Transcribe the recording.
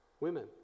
women